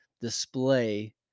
display